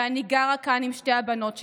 ואני גרה כאן עם שתי הבנות שלי.